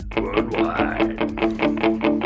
Worldwide